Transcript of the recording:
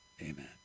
Amen